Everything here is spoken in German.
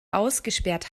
ausgesperrt